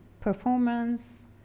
performance